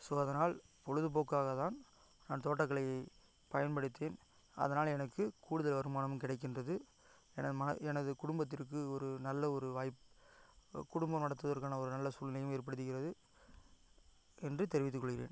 so அதனால் பொழுதுப்போக்காக தான் நான் தோட்டக்கலையை பயன்படுத்துனேன் அதனால் எனக்கு கூடுதல் வருமானமும் கிடைக்கின்றது எனது மா எனது குடும்பத்திற்கு ஒரு நல்ல ஒரு வாய்ப்பு ஒரு குடும்பம் நடத்துவதற்கான ஒரு நல்ல சூழ்நிலையும் ஏற்படுத்துகிறது என்று தெரிவித்துக்கொள்கிறேன்